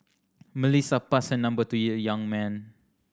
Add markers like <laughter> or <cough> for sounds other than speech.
Melissa passed her number to <unintelligible> young man